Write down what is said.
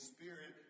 Spirit